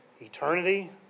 eternity